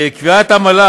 קביעת עמלה